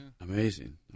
Amazing